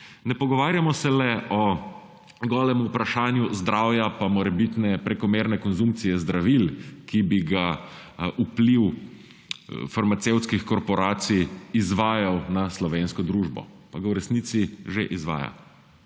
Ne pogovarjamo se le o golem vprašanju zdravja pa morebitne prekomerne konzumpcije zdravil, ki bi ga vpliv farmacevtskih korporacij izvajal na slovensko družbo, pa ga v resnici že izvaja.